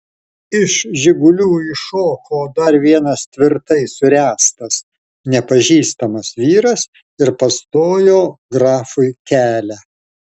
iš žigulių iššoko dar vienas tvirtai suręstas nepažįstamas vyras ir pastojo grafui kelią